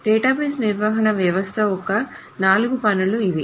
database నిర్వహణ వ్యవస్థ యొక్క నాలుగు పనులు ఇవి